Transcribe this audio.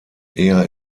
eher